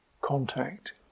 contact